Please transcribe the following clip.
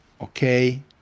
Okay